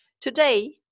today